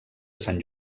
sant